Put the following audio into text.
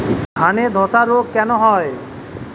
ধানে ধসা রোগ কেন হয়?